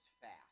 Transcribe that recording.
fast